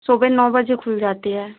सुबह नौ बजे खुल जाती है